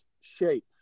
shape